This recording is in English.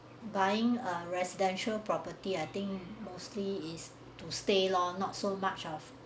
buying a residential property I think mostly is to stay lor not so much of